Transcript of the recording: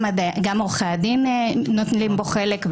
גם עורכי הדין נוטלים בו חלק,